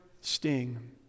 sting